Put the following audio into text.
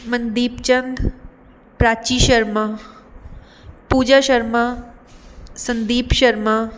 Mandeep Chand Prachi Sharma Pooja Sharma Sandeep Sharma